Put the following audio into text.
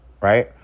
right